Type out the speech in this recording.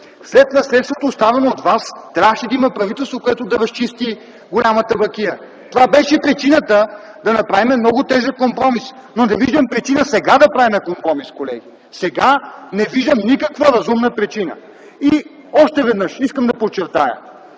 след наследството, оставено от вас, трябваше да има правителство, което да разчисти голямата бакия. Това беше причината да направим много тежък компромис. Но не виждам причина сега да правим компромис, колеги. Сега не виждам никаква разумна причина! Още веднъж ще подчертая